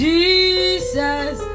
Jesus